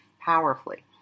powerfully